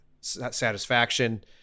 satisfaction